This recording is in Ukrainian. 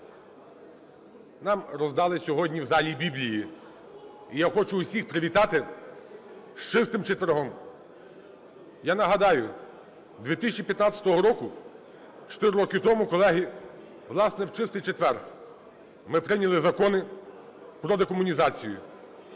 Нам роздали сьогодні в залі Біблії. І я хочу усіх привітати з Чистим четвергом. Я нагадаю, 2015 року, 4 роки тому, колеги, власне, в Чистий четвер ми прийняли закони про декомунізацію.